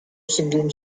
singing